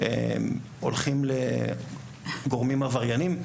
הולכים לגורמים עבריינים.